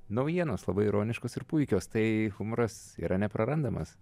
naujienos labai ironiškos ir puikios tai humoras yra neprarandamas